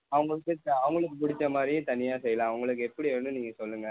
அவங்களுக்கு அவங்களுக்கு பிடிச்ச மாதிரி தனியாக செய்யலாம் அவங்களுக்கு எப்படி வேணும்ன்னு நீங்கள் சொல்லுங்கள்